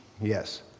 yes